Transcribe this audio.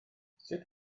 sut